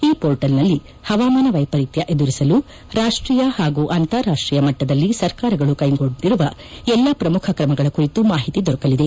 ಈ ಮೋರ್ಟಲ್ನಲ್ಲಿ ಪವಾಮಾನ ವೈಪರಿತ್ಯ ಎದುರಿಸಲು ರಾಷ್ಟೀಯ ಪಾಗೂ ಅಂತಾರಾಷ್ಟೀಯ ಮಟ್ಟದಲ್ಲಿ ಸರ್ಕಾರಗಳು ಕೈಗೊಂಡಿರುವ ಎಲ್ಲ ಪ್ರಮುಖ ಕ್ರಮಗಳ ಕುರಿತು ಮಾಹಿತಿ ದೊರಕಲಿದೆ